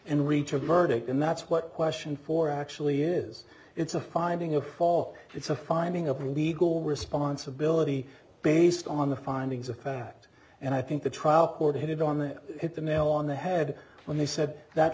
and reach a verdict and that's what question for actually is it's a finding a fault it's a finding of legal responsibility based on the findings of fact and i think the trial court had it on it hit the nail on the head when he said that